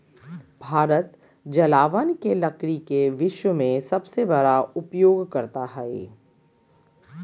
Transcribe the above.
भारत जलावन के लकड़ी के विश्व में सबसे बड़ा उपयोगकर्ता हइ